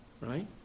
right